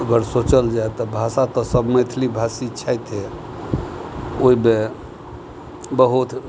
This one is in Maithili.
अगर सोचल जाए तऽ भाषा तऽ सब मैथिली भाषी छथि ओहिमे बहुत